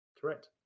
Correct